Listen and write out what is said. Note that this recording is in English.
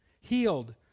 Healed